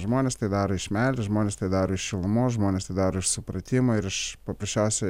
žmonės tai daro iš meilės žmonės tai daro iš šilumos žmonės tai daro iš supratimo ir iš paprasčiausiai